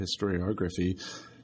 historiography